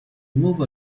moved